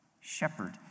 Shepherd